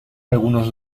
algunos